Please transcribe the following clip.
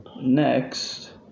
next